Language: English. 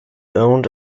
owned